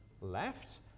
left